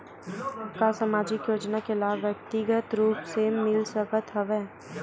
का सामाजिक योजना के लाभ व्यक्तिगत रूप ले मिल सकत हवय?